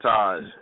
Taj